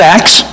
Acts